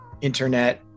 internet